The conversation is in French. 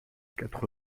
quatre